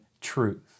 truth